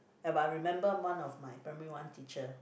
eh but I remember one of my primary one teacher